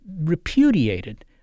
repudiated